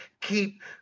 keep